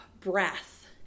breath